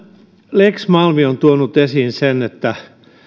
lex malmi on tuonut esiin sen